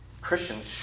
Christians